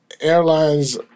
airlines